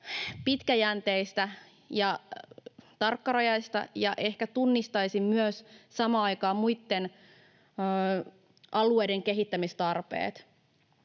pitkäjänteistä ja tarkkarajaista. Ehkä tunnistaisin samaan aikaan myös muitten alueiden kehittämistarpeet.